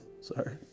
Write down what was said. Sorry